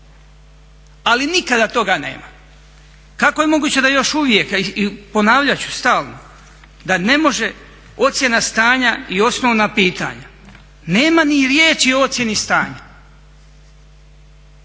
Ali nikada toga nema. Kako je moguće da još uvijek i ponavljat ću stalno da ne može ocjena stanja i osnovna pitanja, nema ni riječi o ocjeni stanja.